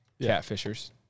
catfishers